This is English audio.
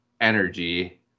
energy